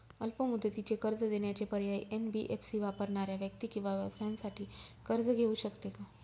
अल्प मुदतीचे कर्ज देण्याचे पर्याय, एन.बी.एफ.सी वापरणाऱ्या व्यक्ती किंवा व्यवसायांसाठी कर्ज घेऊ शकते का?